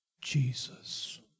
Jesus